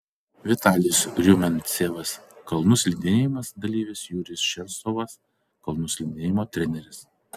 vitalijus rumiancevas kalnų slidinėjimas dalyvis jurijus ševcovas kalnų slidinėjimo treneris